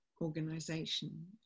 organization